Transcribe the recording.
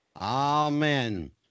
Amen